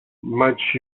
much